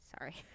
Sorry